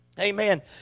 Amen